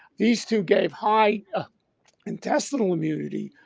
these two gave high intestinal immunity.